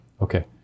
Okay